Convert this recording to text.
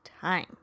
time